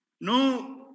No